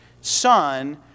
Son